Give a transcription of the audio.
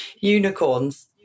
unicorns